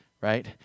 right